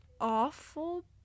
awful